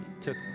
took